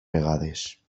vegades